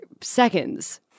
seconds